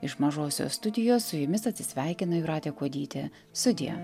iš mažosios studijos su jumis atsisveikina jūratė kuodytė sudie